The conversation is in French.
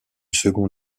seconde